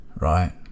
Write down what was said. right